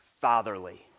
fatherly